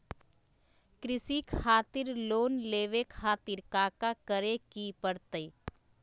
कृषि खातिर लोन लेवे खातिर काका करे की परतई?